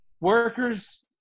workers